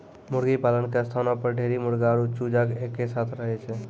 मुर्गीपालन के स्थानो पर ढेरी मुर्गी आरु चूजा एक साथै रहै छै